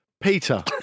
Peter